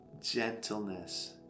gentleness